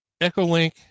Echolink